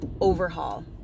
overhaul